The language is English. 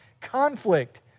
conflict